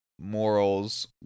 morals